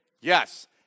Yes